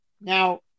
Now